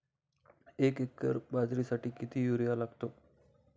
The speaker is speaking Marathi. एक एकर बाजरीसाठी किती युरिया लागतो?